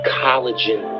collagen